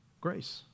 grace